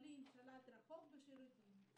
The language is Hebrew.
חשמלי עם שלט רחוק בשירותים.